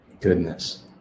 Goodness